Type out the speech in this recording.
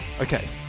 Okay